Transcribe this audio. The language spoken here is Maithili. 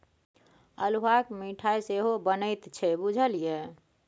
अल्हुआक मिठाई सेहो बनैत छै बुझल ये?